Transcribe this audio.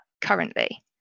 currently